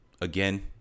again